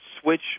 switch